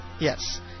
Yes